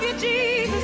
g